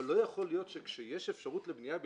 אבל לא יכול להיות שכשיש אפשרות לבנייה חוקית,